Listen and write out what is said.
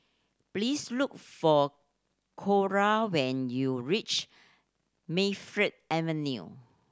please look for Clora when you reach Mayfield Avenue